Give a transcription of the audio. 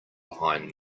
behind